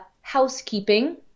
housekeeping